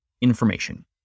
information